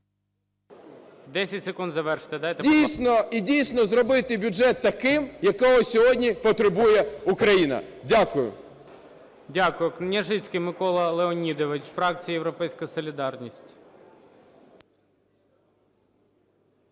О.О. І, дійсно, зробити бюджет таким, якого сьогодні потребує Україна. Дякую. ГОЛОВУЮЧИЙ. Дякую. Кнгяжицький Микола Леонідович, фракція "Європейська солідарність".